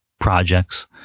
Projects